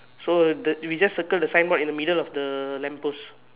so the we just circle the signboard in the middle of the lamp post